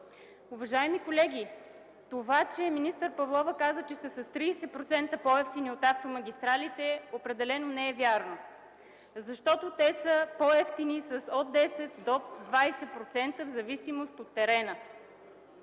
Уважаеми колеги, това, че министър Павлова каза, че са с 30% по-евтини от автомагистралите, определено не е вярно. Те са по-евтини с от 10 до 20% в зависимост от терена.